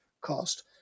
cost